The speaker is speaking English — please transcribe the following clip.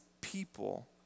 people